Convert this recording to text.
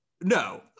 no